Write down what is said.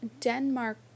Denmark